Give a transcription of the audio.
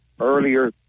earlier